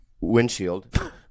windshield